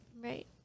Right